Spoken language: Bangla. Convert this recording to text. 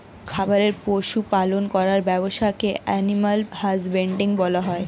খামারে পশু পালন করার ব্যবসাকে অ্যানিমাল হাজবেন্ড্রী বলা হয়